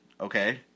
Okay